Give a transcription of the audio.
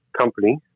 company